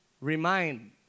Remind